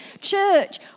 Church